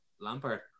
Lampard